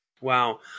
Wow